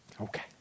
Okay